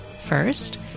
First